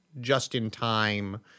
just-in-time